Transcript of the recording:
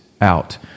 out